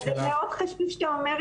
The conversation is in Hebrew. אז זה מאוד חשוב שאתה אומר,